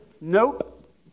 nope